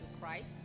Christ